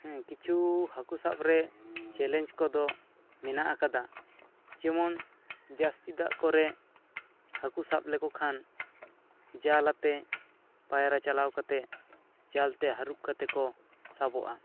ᱦᱮᱸ ᱠᱤᱪᱷᱩ ᱦᱟᱹᱠᱩ ᱥᱟᱵ ᱨᱮ ᱪᱮᱞᱮᱡᱽ ᱠᱚ ᱫᱚ ᱢᱮᱱᱟᱜ ᱟᱠᱟᱫᱟ ᱡᱮᱢᱚᱱ ᱡᱟᱹᱥᱛᱤ ᱫᱟᱜ ᱠᱚᱨᱮ ᱦᱟᱹᱠᱩ ᱥᱟᱵ ᱞᱮᱠᱚ ᱠᱷᱟᱱ ᱡᱟᱞ ᱟᱛᱮᱜ ᱯᱟᱭᱨᱟ ᱪᱟᱞᱟᱣ ᱠᱟᱛᱮᱜ ᱡᱟᱞ ᱛᱮ ᱦᱟᱹᱨᱩᱵ ᱠᱟᱛᱮ ᱠᱚ ᱥᱟᱵᱚᱜᱼᱟ